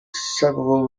several